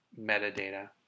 metadata